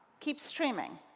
keep streaming.